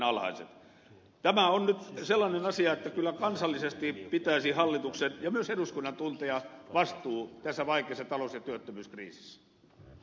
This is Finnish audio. tämä on nyt sellainen asia että kyllä kansallisesti pitäisi hallituksen ja myös eduskunnan tuntea vastuu tässä vaikeassa talous ja työttömyyskriisissä